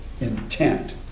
intent